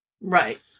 Right